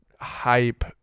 hype